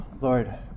Lord